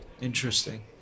Interesting